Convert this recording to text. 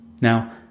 Now